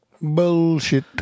Bullshit